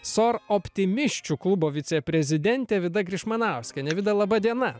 sor optimisčių klubo viceprezidentė vida grišmanauskienė vida laba diena